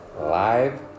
live